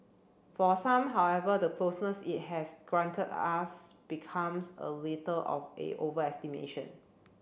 for some however the closeness it has granted us becomes a little of a overestimation